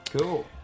cool